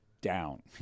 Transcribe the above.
down